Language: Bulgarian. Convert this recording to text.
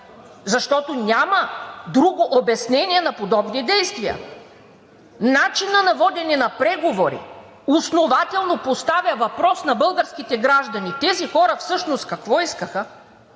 защото няма друго обяснение на подобни действия! Начинът на водене на преговори основателно поставя въпрос на българските граници: тези хора всъщност какво искаха